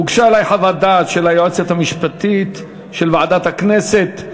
הוגשה לי חוות דעת של היועצת המשפטית של ועדת הכנסת.